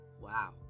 wow